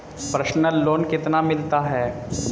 Personal loan कितना मिलता है?